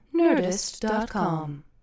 Nerdist.com